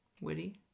witty